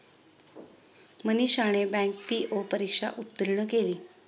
मनीषाने bank PO परीक्षा उत्तीर्ण केली